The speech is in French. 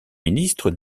ministres